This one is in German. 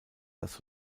das